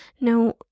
no